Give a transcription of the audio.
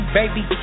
baby